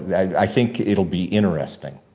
i think it'll be interesting.